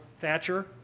Thatcher